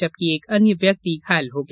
जबकि एक अन्य व्यक्ति घायल हो गया